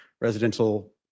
residential